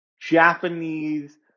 Japanese